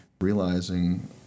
realizing